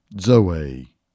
zoe